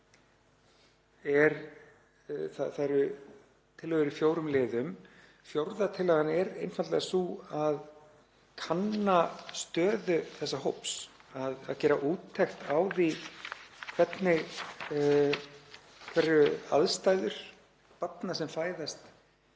við, eru tillögur í fjórum liðum. Fjórða tillagan er einfaldlega sú að kanna stöðu þessa hóps, að gera úttekt á því hverjar aðstæður barna eru sem fæðast